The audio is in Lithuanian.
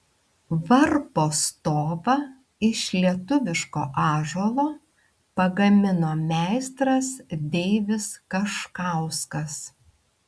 varpo stovą iš lietuviško ąžuolo pagamino meistras deivis kaškauskas